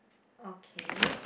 okay